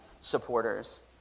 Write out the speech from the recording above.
supporters